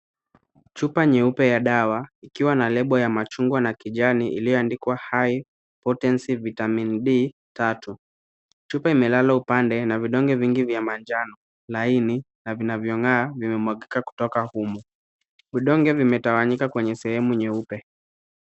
Chupa nyeupe ya dawa ikiwa na lebo ya machungwa na kijani iliyoandikwa high potency vitamin D 3cs. Chupa imelala upande na vidonge vingine vya manjano, laini, na vinavyong'aa vimemwagika kutoka humo. Vidonge vime tawanyika kwenye sehemu nyeupe.